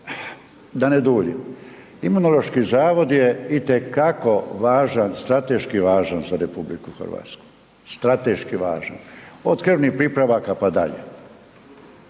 da ne duljim, Imunološki zavod je itekako važan, strateški važan za RH. Strateški važan. Od krvnih pripravaka pa dalje.